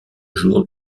jour